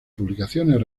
publicaciones